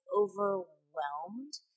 overwhelmed